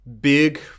big